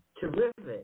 Terrific